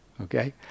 okay